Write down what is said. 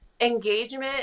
engagement